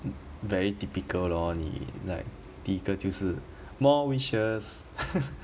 mm very typical 你 like 第一个就是 more wishes